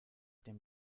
dem